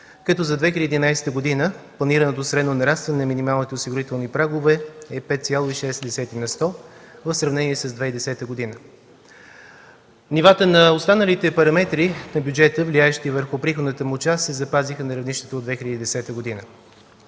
като за 2011 г. планираното средно нарастване на минималните осигурителни прагове е 5,6 на сто в сравнение с 2010 г. Нивата на останалите параметри на бюджета, влияещи върху приходната му част, се запазиха на равнището от 2010 г.